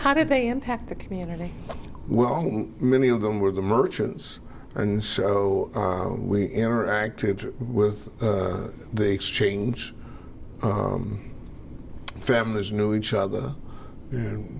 how did they impact the community well many of them were the merchants and so we interacted with the exchange families know each other and